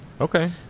Okay